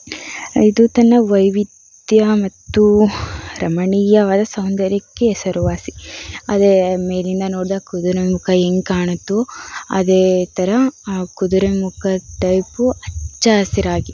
ಇದು ತನ್ನ ವೈವಿಧ್ಯ ಮತ್ತು ರಮಣೀಯವಾದ ಸೌಂದರ್ಯಕ್ಕೆ ಹೆಸರುವಾಸಿ ಅದೇ ಮೇಲಿಂದ ನೋಡಿದಾಗ ಕುದುರೆದು ಮುಖ ಹೇಗೆ ಕಾಣುತ್ತೋ ಅದೇ ಥರ ಆ ಕುದುರೆಮುಖದ ಟೈಪ್ ಹಚ್ಚ ಹಸಿರಾಗಿ